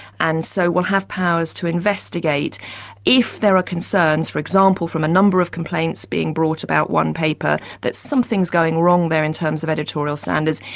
and so will have powers to investigate if there are concerns, for example, from a number of complaints being brought about one paper, that something's going wrong there in terms of editorial standards.